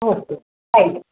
okay ಆಯ್ತು